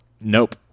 Nope